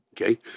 Okay